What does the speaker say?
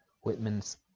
Whitman's